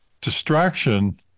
Distraction